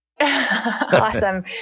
Awesome